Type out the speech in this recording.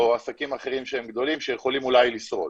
או עסקים אחרים שהם גדולים שיכולים אולי לשרוד.